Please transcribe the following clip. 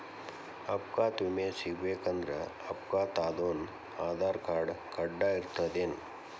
ಅಪಘಾತ್ ವಿಮೆ ಸಿಗ್ಬೇಕಂದ್ರ ಅಪ್ಘಾತಾದೊನ್ ಆಧಾರ್ರ್ಕಾರ್ಡ್ ಕಡ್ಡಾಯಿರ್ತದೇನ್?